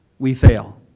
we fail.